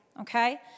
okay